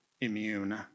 immune